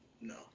No